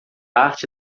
arte